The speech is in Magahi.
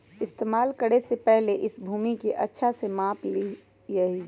इस्तेमाल करे से पहले इस भूमि के अच्छा से माप ली यहीं